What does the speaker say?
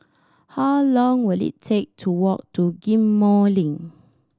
how long will it take to walk to Ghim Moh Link